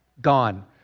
gone